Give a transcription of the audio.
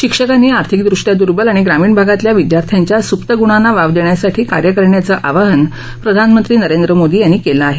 शिक्षकांनी आर्थिक दुर्बल आणि ग्रामीण भागातील विद्यार्थ्यांच्या सुप्त गुणांना वाव देण्यासाठी कार्य करण्याचं आवाहन प्रधानमंत्री नरेंद्र मोदी यांनी केलं आहे